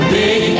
big